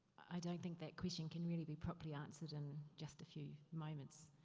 i don't think that question can really be properly answered in just a few moments.